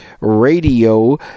Radio